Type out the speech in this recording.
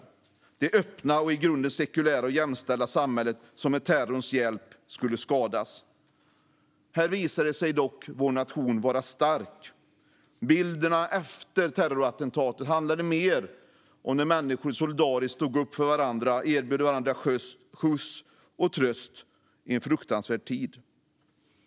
Det var det öppna och i grunden sekulära och jämställda samhället som med terrorns hjälp skulle skadas. Här visade sig dock vår nation vara stark. Bilderna efter terrorattentatet handlade mer om när människor solidariskt stod upp för varandra och erbjöd varandra skjuts och tröst i en fruktansvärd tid.